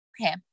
Okay